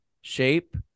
shape